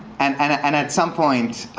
and and and at some point,